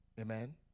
Amen